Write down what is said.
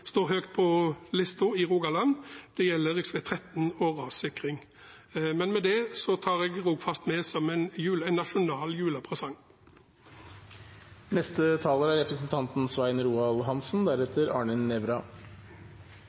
står høyt på listen i Rogaland, og det gjelder rv. 13 og rassikring. Med det tar jeg Rogfast med meg som en